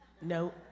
no